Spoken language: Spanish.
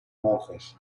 monjes